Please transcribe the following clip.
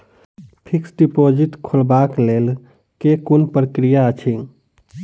Fixed deposit खोलबाक लेल केँ कुन प्रक्रिया अछि?